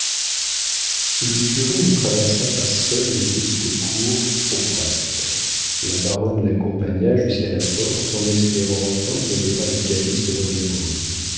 le curé ne traversa pas seul la petite cour proprette la baronne l'accompagna jusqu'à la porte en espérant entendre le pas de calyste dans